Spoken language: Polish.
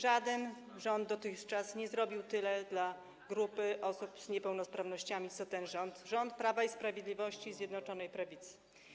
Żaden rząd dotychczas nie zrobił tyle dla grupy osób z niepełnosprawnościami, ile zrobił ten rząd, rząd Prawa i Sprawiedliwości, Zjednoczonej Prawicy.